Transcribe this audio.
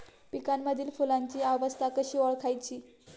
पिकांमधील फुलांची अवस्था कशी ओळखायची?